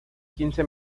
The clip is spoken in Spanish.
quince